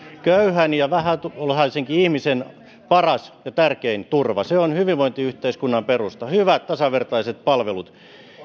köyhän ja vähätuloisenkin ihmisen paras ja tärkein turva ne ovat hyvinvointiyhteiskunnan perusta hyvät tasavertaiset palvelut